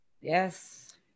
Yes